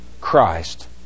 Christ